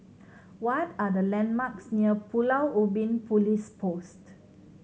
what are the landmarks near Pulau Ubin Police Post